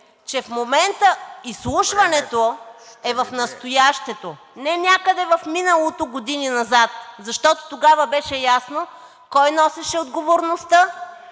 че в момента изслушването е в настоящето, не някъде в миналото, години назад. Защото тогава беше ясно кой носеше отговорността,